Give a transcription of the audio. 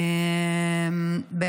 אז תגידי את, את חברת הכנסת בישראל.